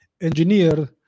engineer